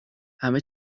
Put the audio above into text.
همه